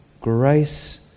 Grace